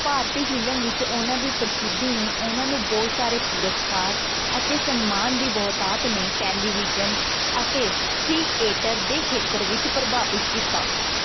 ਭਾਰਤੀ film ਵਿੱਚ ਉਹਨਾਂ ਦੀ ਪ੍ਰਸਿੱਧੀ ਨੇ ਉਹਨਾਂ ਨੂੰ ਬਹੁਤ ਸਾਰੇ ਪੁਰਸਕਾਰ ਅਤੇ ਸਨਮਾਨ ਦੀ ਬਹੁਤਾਤ ਨੇ ਟੈਲੀਵਿਜ਼ਨ ਅਤੇ ਥੀਏਟਰ ਦੇ ਖੇਤਰ ਵਿੱਚ ਪ੍ਰਭਾਵਿਤ ਕੀਤਾ